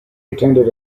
attended